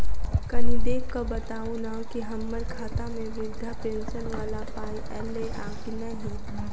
कनि देख कऽ बताऊ न की हम्मर खाता मे वृद्धा पेंशन वला पाई ऐलई आ की नहि?